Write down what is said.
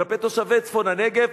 כלפי תושבי צפון הנגב,